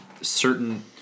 certain